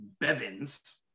Bevins